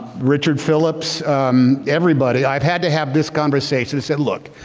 richard phillips everybody. i've had to have this conversation instead. look,